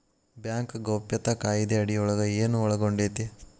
Bank ಗೌಪ್ಯತಾ ಕಾಯಿದೆ ಅಡಿಯೊಳಗ ಏನು ಒಳಗೊಂಡೇತಿ?